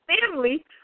family